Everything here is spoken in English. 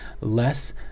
less